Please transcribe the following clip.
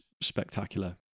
spectacular